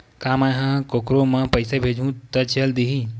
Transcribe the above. का मै ह कोखरो म पईसा भेजहु त चल देही?